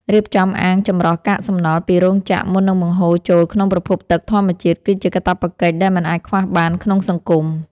រៀបចំអាងចម្រោះកាកសំណល់ពីរោងចក្រមុននឹងបង្ហូរចូលក្នុងប្រភពទឹកធម្មជាតិគឺជាកាតព្វកិច្ចដែលមិនអាចខ្វះបានក្នុងសង្គម។